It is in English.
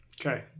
Okay